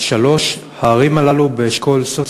3. הערים הללו באשכול סוציו-אקונומי